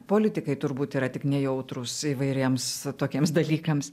politikai turbūt yra tik nejautrūs įvairiems tokiems dalykams